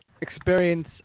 experience